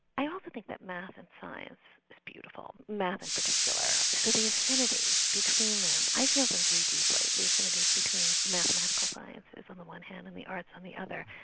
i often think that math and science is beautiful, math in particular, so the affinity between them, i feel them very deeply, the affinities between mathematical science is on the one hand and the arts on the other.